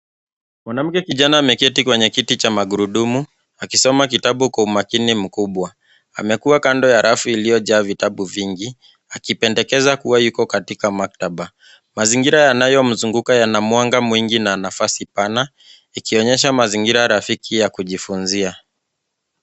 Mwanamke kijana ameketi kwenye kiti cha magurudumu akisoma kitabu kwa umakini mkubwa. Amekuwa kando ya rafu iliyojaa vitabu vingi akipendekeza kuwa yuko katika maktaba. Mazingira yanayomzunguka yana mwanga mwingi na nafasi pana ikionyesha mazingira rafiki ya kujifunzia.